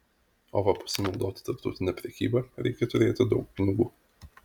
o va pasinaudoti tarptautine prekyba reikia turėti daug pinigų